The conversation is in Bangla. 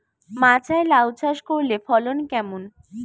মাচায় লাউ চাষ করলে ফলন কেমন?